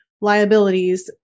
liabilities